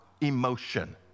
emotion